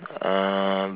uh